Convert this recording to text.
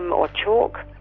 um or chalk.